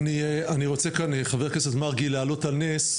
אני רוצה כאן חה"כ מרגי להעלות על נס,